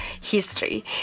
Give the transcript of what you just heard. history